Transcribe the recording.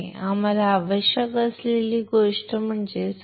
तर आम्हाला आवश्यक असलेली तिसरी गोष्ट म्हणजे सब्सट्रेट